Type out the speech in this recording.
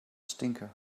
stinker